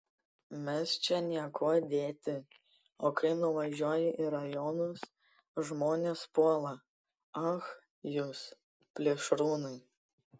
mes čia niekuo dėti o kai nuvažiuoji į rajonus žmonės puola ach jūs plėšrūnai